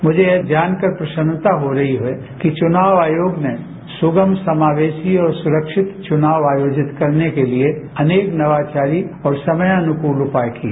मुझे यह जानकर प्रसन्नता हो रही है कि चुनाव आयोग ने सुगम समावेशी और सुरक्षित चुनाव आयोजित करने के लिए अनेक नवाचारी और समय अनुकूल उपाय किए